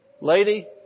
Lady